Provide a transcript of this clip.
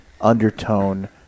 undertone